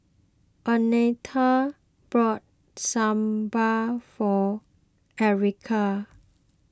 oneta bought Sambar for Erika